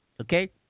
okay